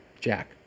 Jack